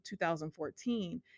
2014